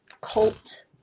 cult